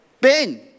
Ben